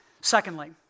Secondly